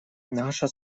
наша